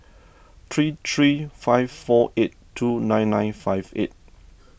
three three five four eight two nine nine five eight